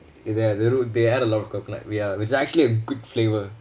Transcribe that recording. there the root they add a lot of coconut ya it's actually a good flavour